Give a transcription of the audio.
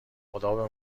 خدابه